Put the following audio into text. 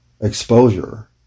exposure